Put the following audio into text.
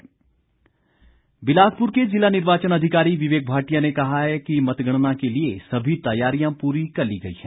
बिलासपुर मतगणना बिलासपुर के जिला निर्वाचन अधिकारी विवेक भाटिया ने कहा कि मतगणना के लिए सभी तैयारियां पूरी कर ली गई हैं